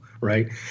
right